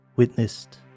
Witnessed